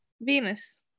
Venus